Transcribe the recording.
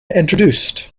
introduced